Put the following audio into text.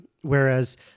whereas